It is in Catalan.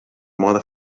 mode